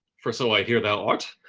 for so i hear thou art,